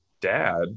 dad